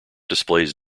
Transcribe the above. displays